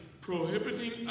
prohibiting